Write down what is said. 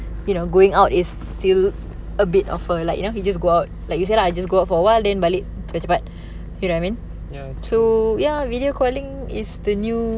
ya